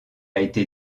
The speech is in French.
été